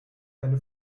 deine